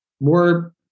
more